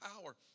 power